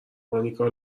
مانیکا